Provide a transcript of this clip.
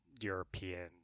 European